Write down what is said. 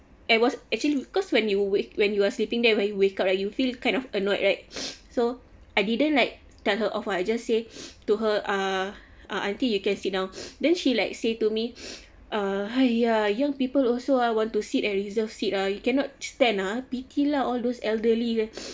I was actually cause when you wake when you are sleeping then when you wake up you feel kind of annoyed right so I didn't like tell her off ah I just say to her uh uh aunty you can sit down then she like say to me uh !haiya! young people also ah want to sit and reserve seat ah you cannot stand ah pity lah all those elderly